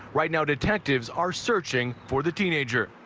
right now detectives are searching for the teenager.